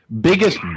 biggest